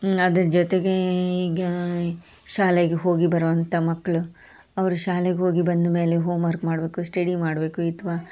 ಅದ್ರ ಜೊತೆಗೆ ಈಗ ಶಾಲೆಗೆ ಹೋಗಿ ಬರುವಂಥ ಮಕ್ಕಳು ಅವರ ಶಾಲೆಗೆ ಹೋಗಿ ಬಂದಮೇಲೆ ಹೋಮರ್ಕ್ ಮಾಡಬೇಕು ಸ್ಟಡಿ ಮಾಡಬೇಕು ಅಥ್ವಾ